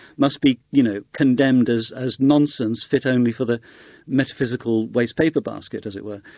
must be you know condemned as as nonsense, fit only for the metaphysical wastepaper basket, as it were.